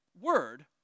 word